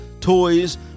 toys